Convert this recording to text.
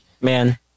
man